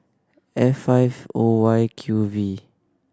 F five O Y Q V